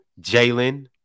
Jalen